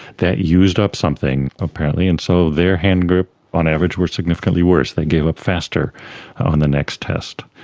that used up something apparently and so their handgrip on average was significantly worse, they gave up faster on the next test.